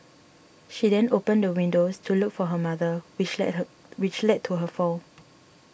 she then opened the windows to look for her mother which led her which led to her fall